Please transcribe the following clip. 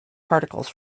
particles